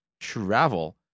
travel